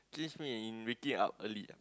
change me in waking up early ah